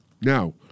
Now